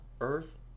earth